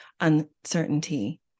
uncertainty